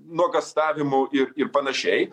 nuogąstavimų ir ir panašiai